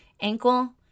ankle